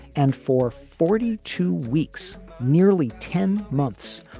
and for forty two weeks, nearly ten months,